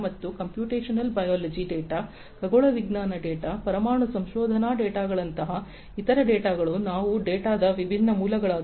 ಮತ್ತು computational biology data ಖಗೋಳವಿಜ್ಞಾನ data ಪರಮಾಣು ಸಂಶೋಧನಾ ಡೇಟಾಗಳಂತಹ ಇತರ ಡೇಟಾಗಳು ಇವು ಡೇಟಾದ ವಿಭಿನ್ನ ಮೂಲಗಳಾಗಿವೆ